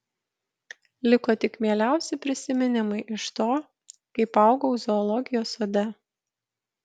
liko tik mieliausi prisiminimai iš to kaip augau zoologijos sode